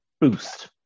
boost